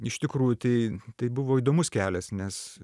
iš tikrųjų tai tai buvo įdomus kelias nes